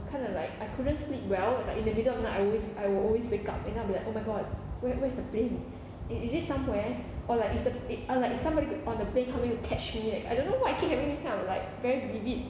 kind of like I couldn't sleep well like in the middle of the night I always I will always wake up and I'll be like oh my god where where's the plane it is it somewhere or like is the it I was like somebody on the plane coming to catch me like I don't know why I keep having this kind of like very vivid